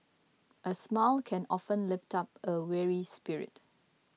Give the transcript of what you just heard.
a smile can often lift up a weary spirit